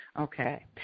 Okay